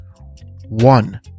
One